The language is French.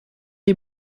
est